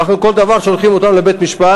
ואנחנו כל דבר שולחים אותנו לבית-משפט,